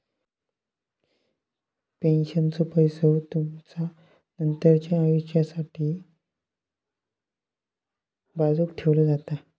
पेन्शनचो पैसो तुमचा नंतरच्या आयुष्यासाठी बाजूक ठेवलो जाता